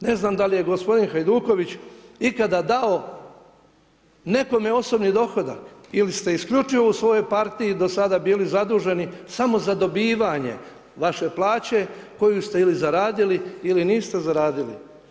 Ne znam da li je gospodin Hajduković ikada dao nekome osobni dohodak, ili ste isključivo u svojoj partiji do sada bili zaduženi samo za dobivanje vaše plaće koju ste ili zaradili ili niste zaradili.